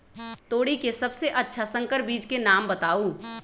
तोरी के सबसे अच्छा संकर बीज के नाम बताऊ?